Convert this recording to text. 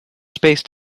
spaced